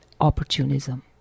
opportunism